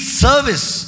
service